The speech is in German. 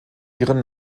ihren